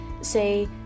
Say